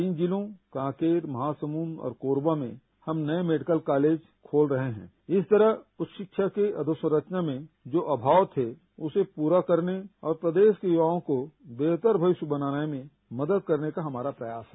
तीन जिलों कांकेर महासमुंद और कोरबा में हम नए मेडिकल कॉलेज खोल रहे हैं इस तरह उच्च शिक्षा की अधोसंरचना में जो अभाव थे उसे पूरा करने और प्रदेश के य्वाओं को बेहतर भविष्य बनाने में मदद करने का हमारा प्रयास है